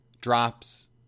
Drops